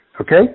Okay